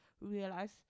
realize